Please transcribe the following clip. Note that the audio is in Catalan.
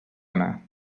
anar